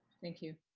thank you.